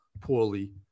poorly